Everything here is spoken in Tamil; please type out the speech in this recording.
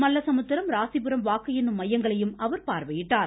மல்லசமுத்திரம் ராசிபுரம் வாக்கு எண்ணும் மையங்களை அவர்பார்வையிட்டார்